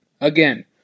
again